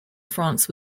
france